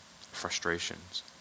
frustrations